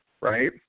Right